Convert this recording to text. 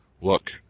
look